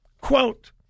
quote